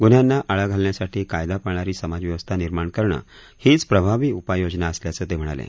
गुन्हयांना आळा घालण्यासाठी कायदा पाळणारी समाजव्यवस्था निर्माण करणे हीच प्रभावी उपाययोजना असल्याचं ते म्हणाले